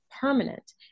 permanent